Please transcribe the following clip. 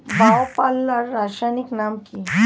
Bio পাল্লার রাসায়নিক নাম কি?